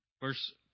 verse